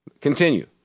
Continue